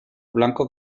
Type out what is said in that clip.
blanco